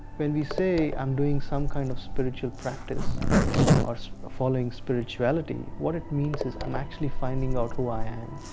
when we say i'm doing some kind of spiritual practice or following spirituality, what it means is i'm actually finding out who i am.